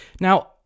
Now